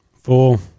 four